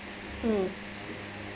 mm